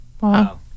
wow